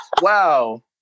Wow